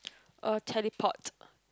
uh teleport